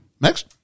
Next